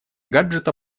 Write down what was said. гаджета